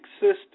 system